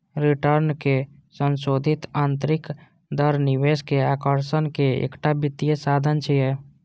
रिटर्नक संशोधित आंतरिक दर निवेश के आकर्षणक एकटा वित्तीय साधन छियै